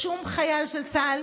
בשום חייל של צה"ל,